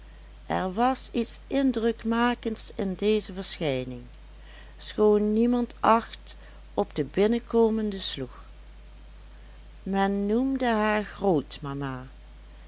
er was iets indrukmakends in deze verschijning schoon niemand acht op de binnenkomende sloeg men noemde haar